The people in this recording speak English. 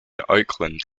oakland